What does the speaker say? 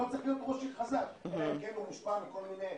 לא צריך להיות ראש עיר חזק אלא אם כן הוא מושפע מכל מיני